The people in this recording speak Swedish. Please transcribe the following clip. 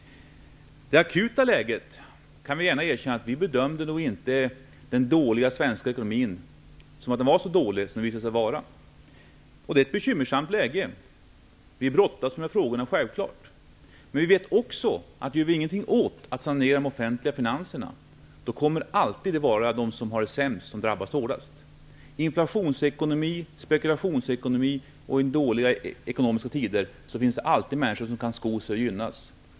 Vi kan gärna erkänna att vi inte bedömde att den svenska ekonomin var så dålig som den har visat sig vara. Det är ett bekymmersamt läge. Vi brottas självfallet med frågorna. Men vi vet också att det alltid kommer att vara de som har det sämst som drabbas hårdast om vi inte sanerar de offentliga finanserna. När vi har inflationsekonomi, spekulationsekonomi och när det är dåliga ekonomiska tider finns det alltid människor som kan sko sig och som gynnas.